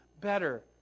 better